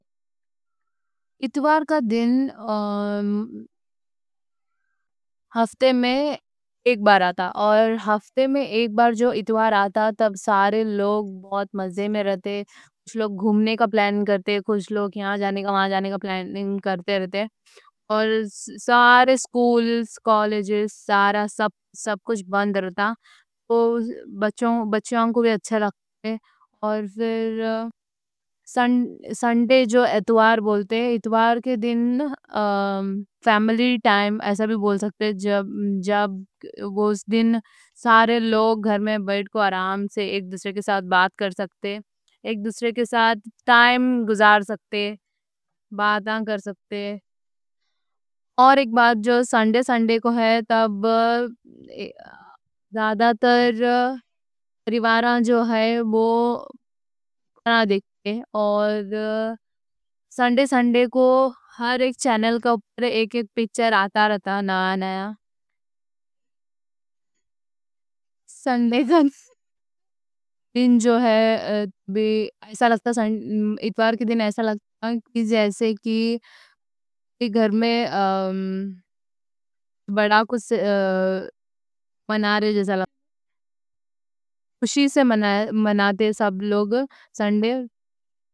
اتوار کا دن ہفتے میں ایک بار آتا۔ اور ہفتے میں ایک بار جو اتوار آتا تب سارے لوگ بہت مزے میں رہتے، کچھ لوگ گھومنے کا پلان کرتے، کچھ لوگ یہاں جانے کا، وہاں جانے کا پلان کرتے رہتے۔ سارے سکولز، کالجز، سارا سب کچھ بند رہتا بچوں کو بھی اچھا رکھتے۔ اور پھر سنڈے جو اتوار بولتے، اتوار کے دن فیملی ٹائم ایسا بھی بول سکتے، سارے لوگ گھر میں بیٹھ کو آرام سے ایک دوسرے کے ساتھ باتاں کر سکتے۔ ایک دوسرے کے ساتھ ٹائم گزار سکتے۔ باتاں کر سکتے اور ایک بات جو سنڈے سنڈے کو ہے تب زیادہ تر سریواراں جو ہے وہ کنار دیکھتے ہیں اور سنڈے سنڈے کو ہر ایک چینل کا اوپر ایک ایک پچّر آتا رہتا نیا نیا۔ سنڈے دن اتوار کے دن ایسا لگتا ہے۔ جیسے کہ ایک گھر میں بڑا کچھ منا رہے ہیں خوشی سے مناتے ہیں۔ سب لوگ سنڈے۔